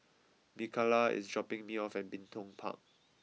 Mikalah is dropping me off at Bin Tong Park